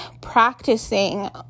practicing